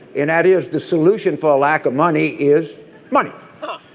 and that is the solution for a lack of money is money oh